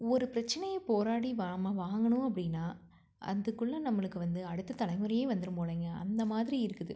ஒரு பிரச்சனையைப் போராடி வ நம்ம வாங்கணும் அப்படின்னா அதுக்குள்ளே நம்மளுக்கு வந்து அடுத்த தலைமுறையே வந்துடும் போலங்க அந்த மாதிரி இருக்குது